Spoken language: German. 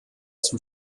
zum